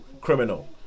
criminal